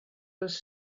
was